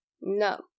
No